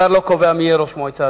השר לא קובע מי יהיה ראש המועצה,